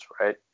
right